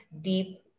deep